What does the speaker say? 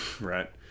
right